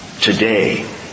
today